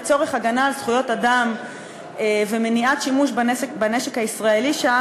לצורך הגנה על זכויות אדם ומניעת שימוש בנשק הישראלי שם